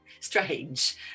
strange